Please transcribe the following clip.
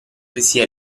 sia